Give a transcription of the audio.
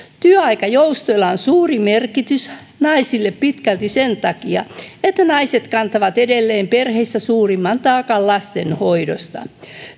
työaikajoustoilla on suuri merkitys naisille pitkälti sen takia että naiset kantavat edelleen perheissä suurimman taakan lasten hoidosta